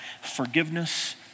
forgiveness